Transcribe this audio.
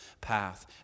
path